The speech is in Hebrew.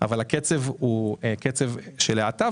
אבל הקצב הוא קצב של האטה.